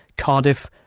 cardiff,